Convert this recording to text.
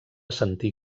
sentir